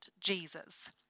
Jesus